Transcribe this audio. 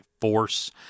force